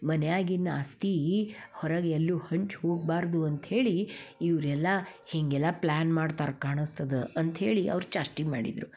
ಮನ್ಯಾಗಿನ ಆಸ್ತಿ ಹೊರಗೆ ಎಲ್ಲೂ ಹಂಚಿ ಹೋಗಬಾರ್ದು ಅಂತ್ಹೇಳಿ ಇವರೆಲ್ಲ ಹೀಗೆಲ್ಲಾ ಪ್ಲ್ಯಾನ್ ಮಾಡ್ತಾರೆ ಕಾಣಸ್ತದೆ ಅಂತ್ಹೇಳಿ ಅವ್ರು ಚಾಷ್ಟೆ ಮಾಡಿದರು